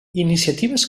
iniciatives